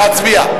להצביע.